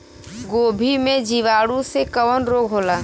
गोभी में जीवाणु से कवन रोग होला?